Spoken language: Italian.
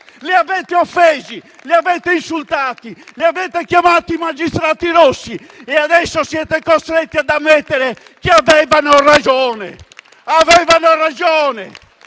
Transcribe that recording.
Li avete offesi e insultati. Li avete chiamati i magistrati rossi e adesso siete costretti ad ammettere che avevano ragione! Avevano ragione